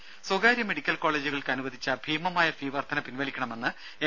രുമ സ്വകാര്യ മെഡിക്കൽ കോളേജുകൾക്ക് അനുവദിച്ച ഭീമമായ ഫീ വർദ്ധന പിൻവലിക്കണമെന്ന് എൻ